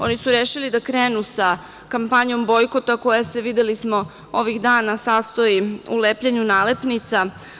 Oni su rešili da krenu sa kampanjom bojkota koja se, videli smo, ovih dana sastoji u lepljenju nalepnica.